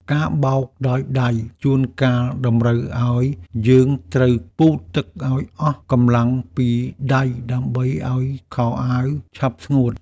ការបោកដោយដៃជួនកាលតម្រូវឱ្យយើងត្រូវពូតទឹកឱ្យអស់កម្លាំងពីដៃដើម្បីឱ្យខោអាវឆាប់ស្ងួត។